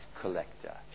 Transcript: collector